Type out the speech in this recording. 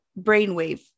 brainwave